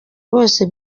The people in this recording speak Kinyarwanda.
bose